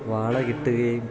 വാള കിട്ടുകയും